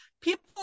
people